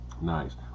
Nice